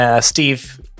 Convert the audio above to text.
Steve